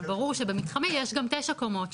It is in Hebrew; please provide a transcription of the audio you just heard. אבל ברור שבמתחמי יש גם תשע קומות,